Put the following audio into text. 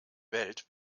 welt